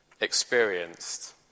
experienced